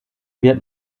wird